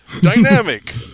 dynamic